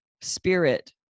spirit